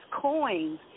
coins